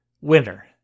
winner